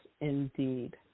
indeed